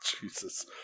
Jesus